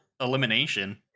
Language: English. elimination